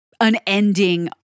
unending